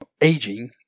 aging